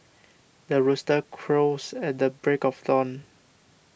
the rooster crows at the break of dawn